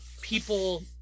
people